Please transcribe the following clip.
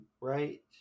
right